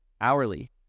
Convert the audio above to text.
hourly